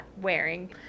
wearing